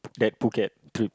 that Phuket trip